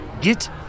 Get